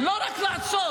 לא רק לעצור.